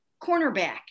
cornerback